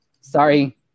Sorry